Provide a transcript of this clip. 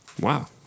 Wow